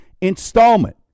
installment